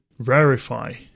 rarify